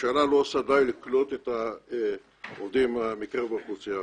שהממשלה לא עושה די כדי לקלוט את העובדים מקרב האוכלוסייה הערבית.